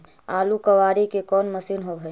आलू कबाड़े के कोन मशिन होब है?